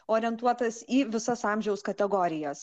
orientuotas į visas amžiaus kategorijas